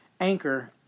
Anchor